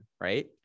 right